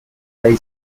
rey